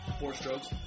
Four-strokes